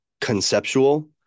conceptual